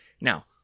Now